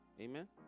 Amen